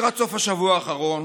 לקראת סוף השבוע האחרון